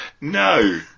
No